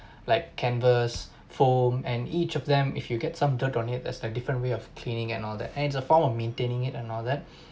like canvas foam and each of them if you get some dirt on there's like different way of cleaning and all that hence a form of maintaining it and all that